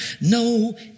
no